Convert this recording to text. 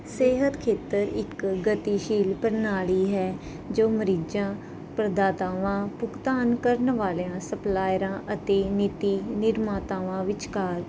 ਸਿਹਤ ਖੇਤਰ ਇੱਕ ਗਤੀਸ਼ੀਲ ਪ੍ਰਣਾਲੀ ਹੈ ਜੋ ਮਰੀਜ਼ਾਂ ਪ੍ਰਦਾਤਾਵਾਂ ਭੁਗਤਾਨ ਕਰਨ ਵਾਲਿਆਂ ਸਪਲਾਇਰਾਂ ਅਤੇ ਨੀਤੀ ਨਿਰਮਾਤਾਵਾਂ ਵਿਚਕਾਰ